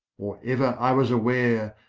or ever i was aware,